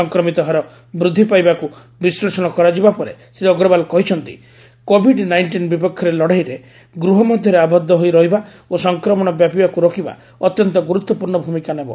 ସଂକ୍ରମିତ ହାର ବୃଦ୍ଧି ପାଇବାକୁ ବିଶ୍ଳେଷଣ କରାଯିବା ପରେ ଶ୍ରୀ ଅଗ୍ରୱାଲ କହିଛନ୍ତି କୋଭିଡ୍ ନାଇଷ୍ଟିନ୍ ବିପକ୍ଷରେ ଲଢ଼େଇରେ ଗୃହ ମଧ୍ୟରେ ଆବଦ୍ଧ ହୋଇ ରହିବା ଓ ସଂକ୍ରମଣ ବ୍ୟାପିବାକୁ ରୋକିବା ଅତ୍ୟନ୍ତ ଗୁରୁତ୍ୱପୂର୍ଣ୍ଣ ଭୂମିକା ନେବ